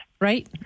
Right